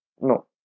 No